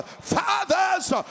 fathers